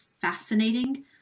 fascinating